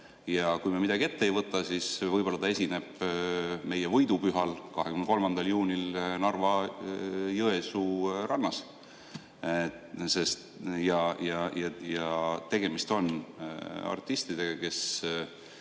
ja kui me midagi ette ei võta, siis võib-olla esineb ta ka meie võidupühal, 23. juunil Narva‑Jõesuu rannas. Tegemist on artistidega, kes